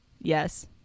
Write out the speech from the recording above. Yes